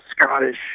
Scottish